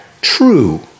true